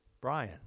Brian